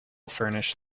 furnish